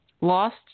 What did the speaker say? lost